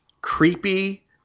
creepy